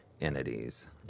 entities